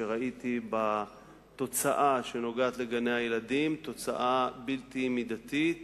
כי ראיתי בתוצאה לעניין גני-הילדים תוצאה בלתי מידתית